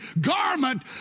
garment